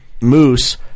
moose